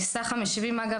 הוא שמסך משלמי ה- Protection,